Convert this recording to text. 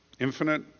Infinite